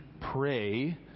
pray